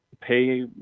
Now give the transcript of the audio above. pay